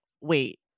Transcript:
wait